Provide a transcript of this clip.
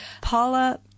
Paula